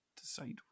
decide